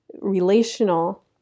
relational